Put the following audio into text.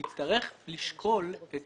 יצטרך לשקול את